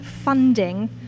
funding